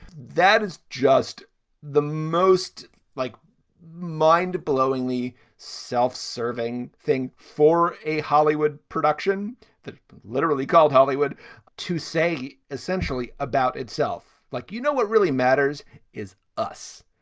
that is just the most like mind blowing, the self-serving thing for a hollywood production that literally called hollywood to say essentially about itself, like, you know, what really matters is us.